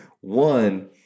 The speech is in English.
One